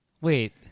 Wait